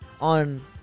On